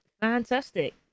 Fantastic